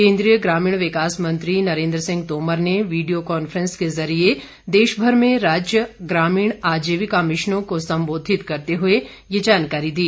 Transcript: केन्द्रीय ग्रामीण विकास मंत्री नरेन्द्र सिंह तोमर ने वीडियो कांफ्रेंस के जरिए देशभर में राज्य ग्रामीण आजीविका मिशन को संबोधित करते हए यह जानकारी दी